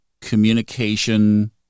communication